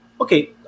okay